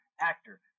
actor